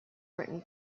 written